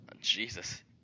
Jesus